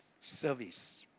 Service